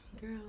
girl